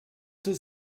does